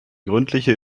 gründliche